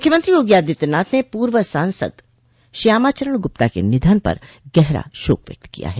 मुख्यमंत्री योगी आदित्यनाथ ने पूर्व सांसद श्यामाचरण गुप्ता के निधन पर गहरा शोक व्यक्त किया है